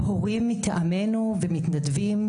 הורים מטעמינו ומתנדבים,